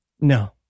No